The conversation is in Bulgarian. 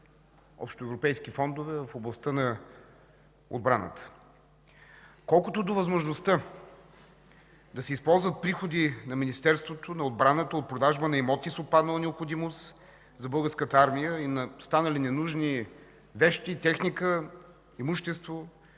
общоевропейски фондове в областта на отбраната. Колкото до възможността да се използват приходи на Министерството на отбраната от продажба на имоти с отпаднала необходимост за Българската армия и станали ненужни вещи, техника, имущество,